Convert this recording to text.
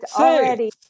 already